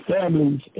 families